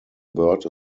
bird